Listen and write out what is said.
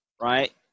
right